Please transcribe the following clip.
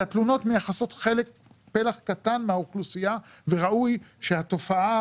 התלונות מייחסות פלח קטן מהאוכלוסייה וראוי שהתופעה